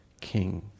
King